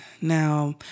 Now